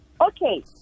Okay